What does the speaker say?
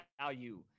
value